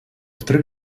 вторых